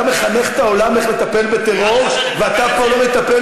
אתה מחנך את העולם איך לטפל בטרור ואתה פה לא מטפל